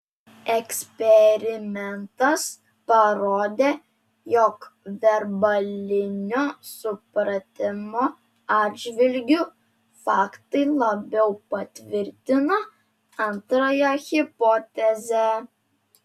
eksperimentas parodė jog verbalinio supratimo atžvilgiu faktai labiau patvirtina antrąją hipotezę